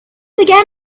began